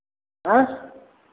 आँय